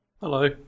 Hello